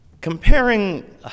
Comparing